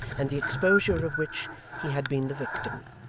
and the exposure of which he had been the victim,